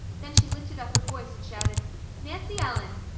then she lifted up her voice and shouted nancy ellen!